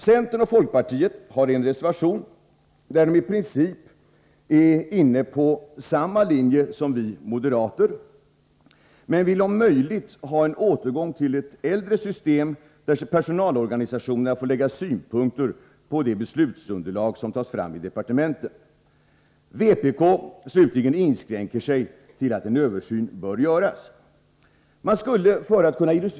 Centern och folkpartiet är i sin reservation i princip inne på samma linje som vi moderater, men de vill om möjligt ha en återgång till ett äldre system där personalorganisationerna får lägga synpunkter på det beslutsunderlag som tagits fram i departementen. Vpk slutligen inskränker sig till att förklara att en översyn bör göras.